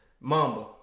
Mamba